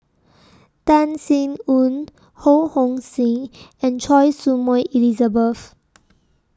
Tan Sin Aun Ho Hong Sing and Choy Su Moi Elizabeth